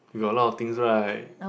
you got a lot of things right